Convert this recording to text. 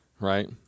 Right